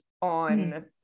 on